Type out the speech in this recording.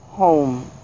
home